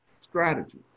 strategy